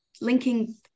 linking